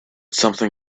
something